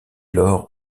lors